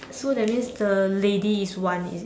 so that means the lady is one is it